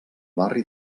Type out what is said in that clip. barri